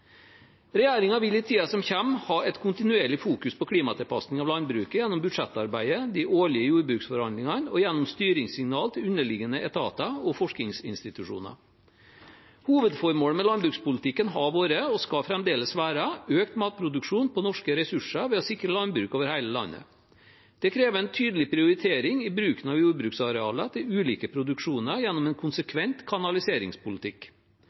vil i tiden som kommer, ha et kontinuerlig fokus på klimatilpasning av landbruket gjennom budsjettarbeidet, de årlige jordbruksforhandlingene og gjennom styringssignaler til underliggende etater og forskningsinstitusjoner. Hovedformålet med landbrukspolitikken har vært og skal fremdeles være økt matproduksjon på norske ressurser ved å sikre landbruk over hele landet. Det krever en tydelig prioritering i bruken av jordbruksarealer til ulike produksjoner gjennom en konsekvent kanaliseringspolitikk.